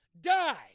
die